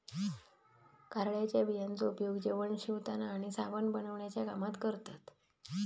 कारळ्याच्या बियांचो उपयोग जेवण शिवताना आणि साबण बनवण्याच्या कामात करतत